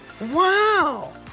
Wow